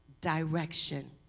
direction